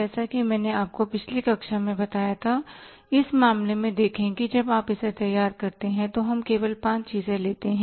जैसा कि मैंने आपको पिछली कक्षा में बताया था इस मामले में देखें कि जब आप इसे तैयार करते हैं तो हम केवल 5 चीजें लेते हैं